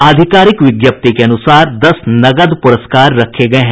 आधिकारिक विज्ञप्ति के अनुसार दस नकद पुरस्कार रखे गये हैं